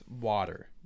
water